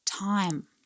Time